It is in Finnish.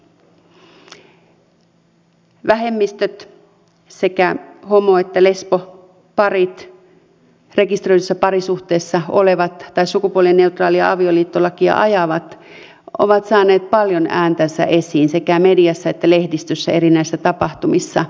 vähemmistöt sekä homo että lesboparit rekisteröidyssä parisuhteessa olevat tai sukupuolineutraalia avioliittolakia ajavat ovat saaneet paljon ääntänsä esiin sekä mediassa että lehdistössä näissä eri tapahtumissa